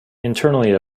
internally